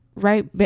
Right